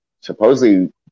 supposedly